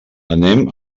anem